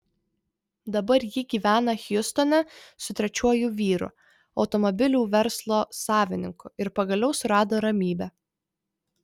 dabar ji gyvena hjustone su trečiuoju vyru automobilių verslo savininku ir pagaliau surado ramybę